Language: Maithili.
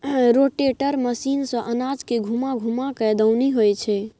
रोटेटर मशीन सँ अनाज के घूमा घूमा कय दऊनी होइ छै